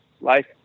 life